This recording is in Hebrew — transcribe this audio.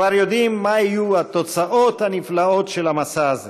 כבר יודעים מה יהיו התוצאות הנפלאות של המסע הזה,